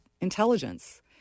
intelligence